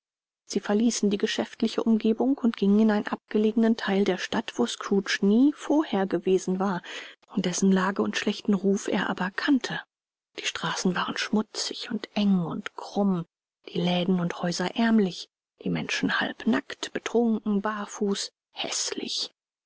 sie verließen die geschäftige umgebung und gingen in einen abgelegenen teil der stadt wo scrooge nie vorher gewesen war dessen lage und schlechten ruf er aber kannte die straßen waren schmutzig und eng und krumm die läden und häuser ärmlich die menschen halbnackt betrunken barfuß häßlich